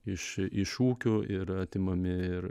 iš iš ūkių ir atimami ir